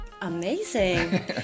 Amazing